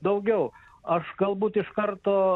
daugiau aš galbūt iš karto